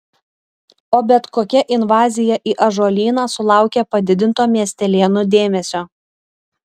o bet kokia invazija į ąžuolyną sulaukia padidinto miestelėnų dėmesio